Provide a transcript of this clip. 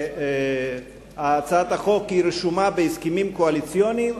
שהצעת החוק רשומה בהסכמים הקואליציוניים.